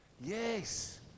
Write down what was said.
yes